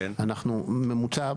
ממוצע,